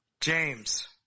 james